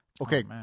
Okay